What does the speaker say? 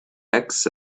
axe